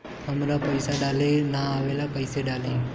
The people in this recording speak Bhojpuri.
हमरा पईसा डाले ना आवेला कइसे डाली?